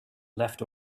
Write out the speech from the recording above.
left